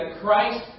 Christ